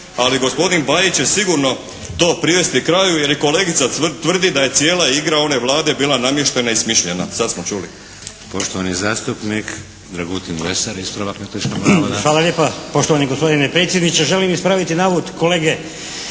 ali gospodin Bajić će sigurno to privesti kraju jer i kolegica tvrdi da je cijela igra one Vlade bila namještena i smišljena. Sad smo čuli. **Šeks, Vladimir (HDZ)** Poštovani zastupnik Dragutin Lesar, ispravak netočnog navoda. **Lesar, Dragutin (HNS)** Hvala lijepa. Poštovani gospodine predsjedniče želim ispraviti navod kolege